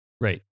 Right